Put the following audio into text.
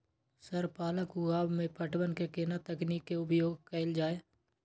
Sir पालक उगाव में पटवन के केना तकनीक के उपयोग कैल जाए?